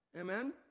Amen